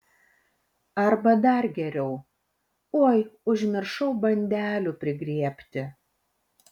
arba dar geriau oi užmiršau bandelių prigriebti